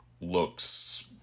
looks